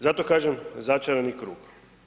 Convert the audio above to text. Zato kažem začarani krug.